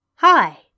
Hi